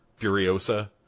Furiosa